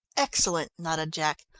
excellent, nodded jack.